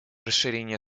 расширение